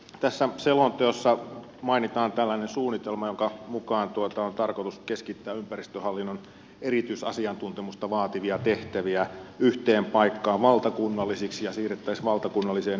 tässä selonteossa mainitaan tällainen suunnitelma jonka mukaan on tarkoitus keskittää ympäristöhallinnon erityisasiantuntemusta vaativia tehtäviä yhteen paikkaan valtakunnallisiksi ja ne siirrettäisiin valtakunnalliseen yksikköön